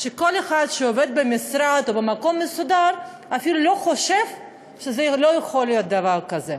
וכל אחד שעובד במשרד או במקום מסודר אפילו לא חושב שיכול להיות דבר כזה.